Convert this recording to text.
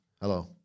hello